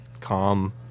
calm